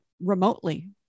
remotely